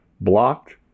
blocked